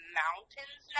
mountains